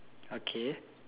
okay